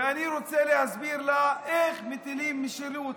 ואני רוצה להסביר לה איך מטילים משילות.